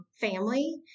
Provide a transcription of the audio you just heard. family